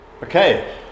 Okay